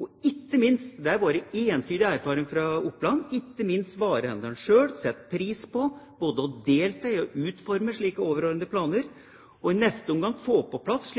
Og ikke minst varehandelen selv – det er vår entydige erfaring fra Oppland – setter pris på både å delta i og å utforme slike overordnede planer og i neste omgang få på plass